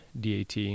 DAT